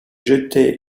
jetaient